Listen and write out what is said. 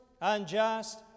unjust